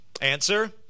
answer